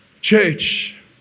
Church